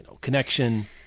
connection